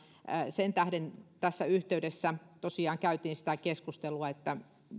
sen tähden tässä yhteydessä tosiaan käytiin sitä keskustelua että